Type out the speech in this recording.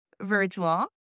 virtual